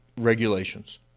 regulations